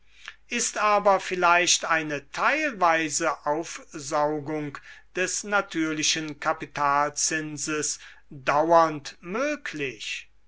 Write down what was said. ist aber vielleicht eine teilweise aufsaugung des natürlichen kapitalzinses dauernd möglich